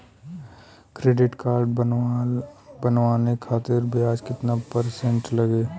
Credit card बनवाने खातिर ब्याज कितना परसेंट लगी?